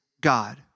God